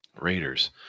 raiders